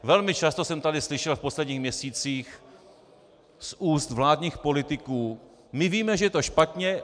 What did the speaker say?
Velmi často jsem tady slyšel v posledních měsících z úst vládních politiků: My víme, že je to špatně.